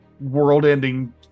world-ending